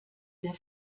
der